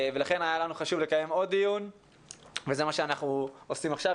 ולכן היה לנו חשוב לקיים עוד דיון וזה מה שאנחנו עושים עכשיו,